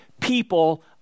people